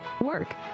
work